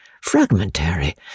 fragmentary